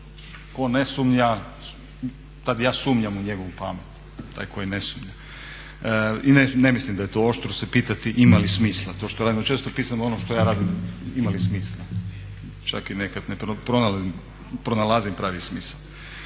tko ne sumnja tad ja sumnjam u njegovu pamet, taj koji ne sumnja. I ne mislim da je oštro se pitati ima li smisla to što radimo, često … ono što ja radim ima li smisla. Čak i nekad ne pronalazim pravi smisao.